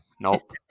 Nope